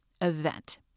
event